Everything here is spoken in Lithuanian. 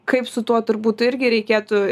kaip su tuo turbūt irgi reikėtų